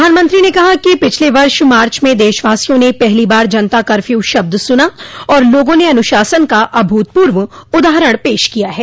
प्रधानमंत्री ने कहा कि पिछले वर्ष मार्च में देशवासिया ने पहली बार जनता कर्फ्यू शब्द सुना और लोगों ने अनुशासन का अभूतपूर्व उदाहरण पेश किया है